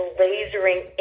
lasering